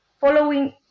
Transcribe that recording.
following